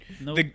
No